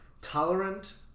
tolerant